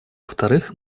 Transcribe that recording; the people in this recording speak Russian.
вторых